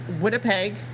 Winnipeg